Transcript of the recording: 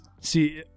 See